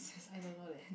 I don't know leh